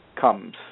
comes